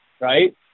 right